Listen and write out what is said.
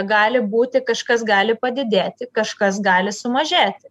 gali būti kažkas gali padidėti kažkas gali sumažėti